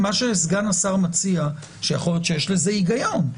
מה שסגן השר מציע, ויכול להיות שיש לזה היגיון,